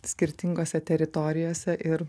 skirtingose teritorijose ir